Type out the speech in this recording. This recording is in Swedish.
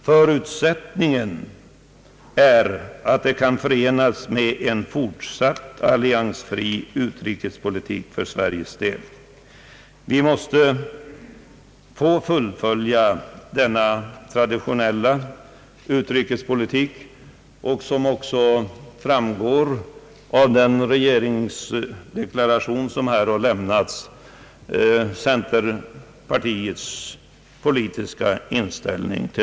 Förutsättningen är att det kan förenas med en fortsatt alliansfri utrikespolitik för Sveriges del. Vi måste få fullfölja denna traditionella utrikespolitik — som framgår av regeringsdeklarationen är detta också centerpartiets politiska inställning.